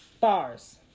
bars